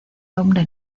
hombre